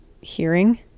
hearing